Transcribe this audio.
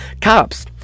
Cops